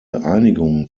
einigung